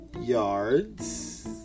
yards